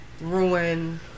ruin